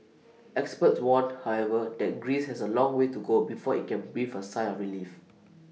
experts warn however that Greece has A long way to go before IT can breathe A sigh of relief